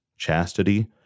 chastity